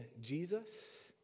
Jesus